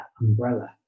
umbrella